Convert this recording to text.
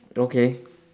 okay